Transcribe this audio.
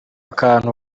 akantu